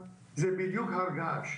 זה בדיוק הר געש.